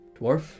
Dwarf